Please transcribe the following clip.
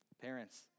parents